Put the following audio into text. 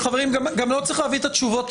גם לא צריך להביא היום את התשובות.